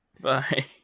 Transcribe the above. Bye